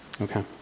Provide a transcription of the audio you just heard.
Okay